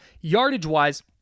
Yardage-wise